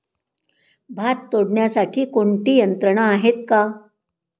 भात तोडण्यासाठी कोणती यंत्रणा आहेत का?